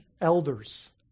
elders